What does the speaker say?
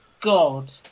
god